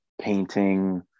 painting